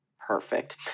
Perfect